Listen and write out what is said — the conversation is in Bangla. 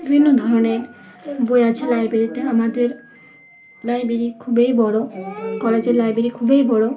বিভিন্ন ধরনের বই আছে লাইব্রেরিতে আমাদের লাইব্রেরি খুবই বড়ো কলেজের লাইব্রেরি খুবই বড়ো